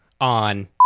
On